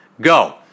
Go